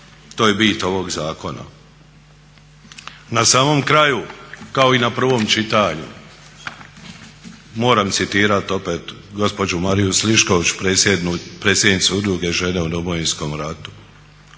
To je bit ovog zakona. Na samom kraju, kao i na prvom čitanju moram citirat opet gospođu Mariju Slišković predsjednicu Udruge "Žene u Domovinskom ratu"